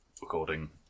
recording